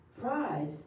Pride